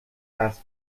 فست